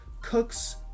Cook's